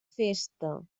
festa